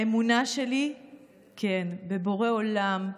האמונה שלי בבורא עולם,